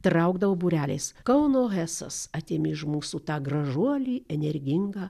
traukdavo būreliais kauno hesas atėmė iš mūsų tą gražuolį energingą